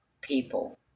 people